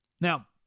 Now